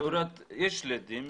יש לדים.